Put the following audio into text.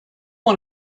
one